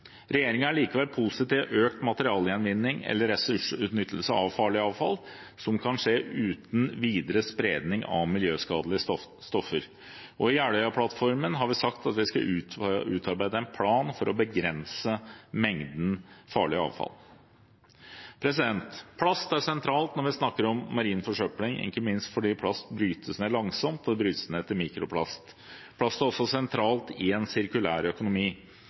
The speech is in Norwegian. er likevel positiv til økt materialgjenvinning eller ressursutnyttelse av farlig avfall som kan skje uten videre spredning av miljøskadelige stoffer. Og i Jeløya-plattformen har vi sagt at vi skal utarbeide en plan for å begrense mengden farlig avfall. Plast er sentralt når vi snakker om marin forsøpling, ikke minst fordi plast brytes ned langsomt, og det brytes ned til mikroplast. Plast er også sentralt i en sirkulær økonomi,